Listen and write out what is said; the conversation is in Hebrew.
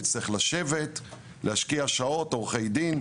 נצטרך לשבת, להשקיע שעות, עורכי דין.